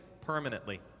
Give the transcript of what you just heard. permanently